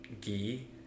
ghee